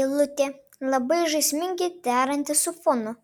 eilutė labai žaismingai deranti su fonu